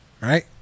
Right